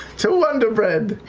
to wonderbread!